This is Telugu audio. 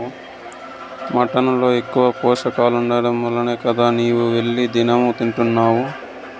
మటన్ ల ఎక్కువ పోషకాలుండాయనే గదా నీవు వెళ్లి దినం తింటున్డావు